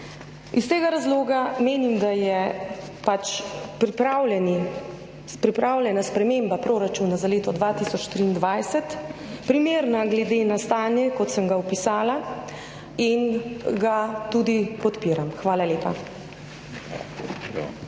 Iz tega razloga menim, da je pač pripravljeni, pripravljena sprememba proračuna za leto 2023, primerna, glede na stanje, kot sem ga opisala in ga tudi podpiram. Hvala lepa.